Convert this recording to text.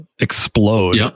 explode